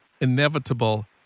inevitable